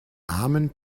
armen